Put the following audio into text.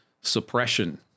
suppression